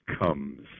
comes